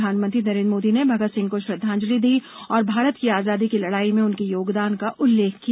प्रधानमंत्री नरेन्द्र मोदी ने भगत सिंह को श्रद्धांजलि दी और भारत की आजादी की लड़ाई में उनके योगदान का उल्लेख किया